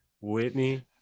whitney